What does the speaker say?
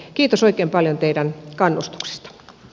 kiitos oikein paljon teidän kannustuksesta